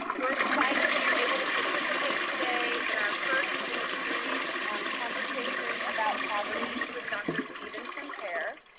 we're excited that you're able to participate today in our first in a series on conversations about poverty with dr. stephen pimpare.